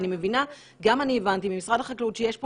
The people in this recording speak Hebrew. גם אני הבנתי ממשרד החקלאות שיש פה